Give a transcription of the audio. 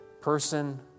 person